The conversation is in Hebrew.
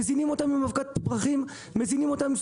מזינים אותם עם אבקת פרחים,